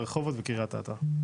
רחובות וקריית אתא.